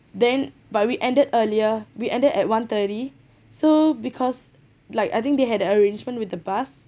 then but we ended earlier we ended at one-thirty so because like I think they had an arrangement with the bus